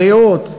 בריאות?